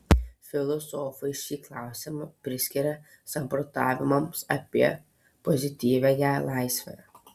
filosofai šį klausimą priskiria samprotavimams apie pozityviąją laisvę